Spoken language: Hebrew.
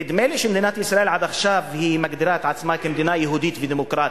נדמה לי שמדינת ישראל עד עכשיו מגדירה את עצמה כמדינה יהודית ודמוקרטית.